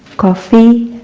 coffee,